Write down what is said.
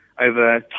over